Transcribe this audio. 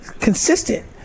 consistent